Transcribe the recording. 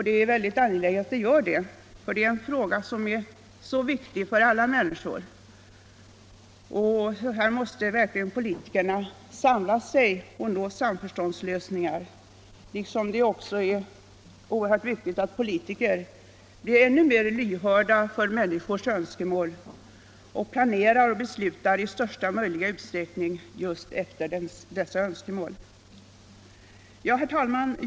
Det är väldigt angeläget att det gör det, för frågan är så viktig för alla människor att politikerna verkligen måste samla sig för att nå samförståndslösningar, liksom det är synnerligen viktigt att politikerna blir ännu mer lyhörda för människors önskemål och planerar och beslutar i största möjliga utsträckning just enligt dessa önskemål. Herr talman!